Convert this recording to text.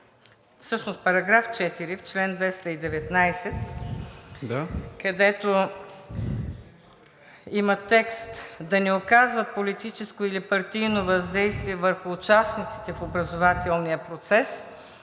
В § 4, в чл. 219, където има текст: „да не оказват политическо или партийно въздействие върху участниците в образователния процес“